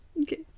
Okay